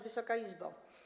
Wysoka Izbo!